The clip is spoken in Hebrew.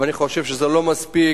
אבל אני חושב שזה לא מספיק.